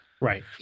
Right